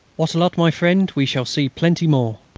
wattrelot, my friend, we shall see plenty more.